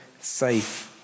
safe